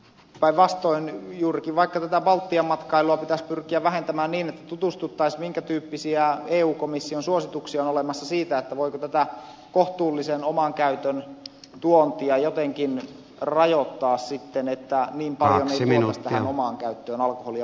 päinvastoin juurikin vaikka tätä baltian matkailua pitäisi pyrkiä vähentämään niin että tutustuttaisiin siihen minkä tyyppisiä eu komission suosituksia on olemassa siitä voiko tätä kohtuullisen oman käytön tuontia jotenkin rajoittaa että niin paljon ei tuotaisi omaan käyttöön alkoholia baltiasta